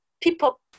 people